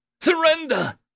Surrender